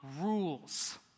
rules